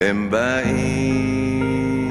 הם באים